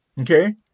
Okay